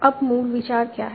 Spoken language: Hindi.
अब मूल विचार क्या है